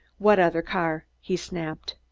what other car? he snapped.